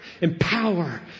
empower